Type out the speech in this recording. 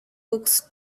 books